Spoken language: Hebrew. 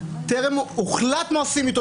טרם הוחלט מה עושים איתו,